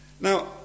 Now